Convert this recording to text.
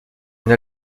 une